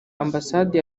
ambasade